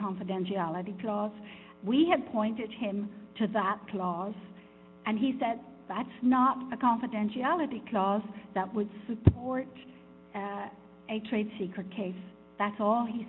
confidentiality clause we have pointed him to that clause and he said that's not a confidentiality clause that would support a trade secret case that's all he